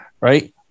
right